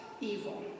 evil